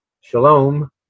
shalom